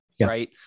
right